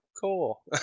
cool